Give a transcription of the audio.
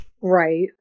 Right